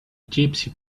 gypsy